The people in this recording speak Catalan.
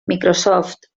microsoft